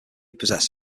possess